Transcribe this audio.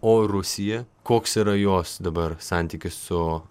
o rusija koks yra jos dabar santykis su